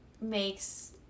makes